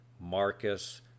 Marcus